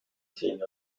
seen